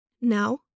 Now